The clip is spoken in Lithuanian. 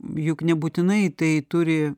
juk nebūtinai tai turi